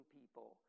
people